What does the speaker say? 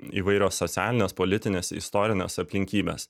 įvairios socialinės politinės istorinės aplinkybės